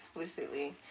explicitly